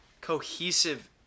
cohesive